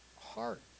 heart